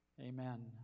Amen